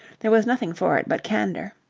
there was nothing for it but candour.